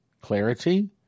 Clarity